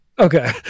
Okay